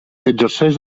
exerceix